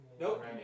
Nope